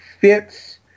Fits